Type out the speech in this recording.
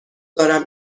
دارم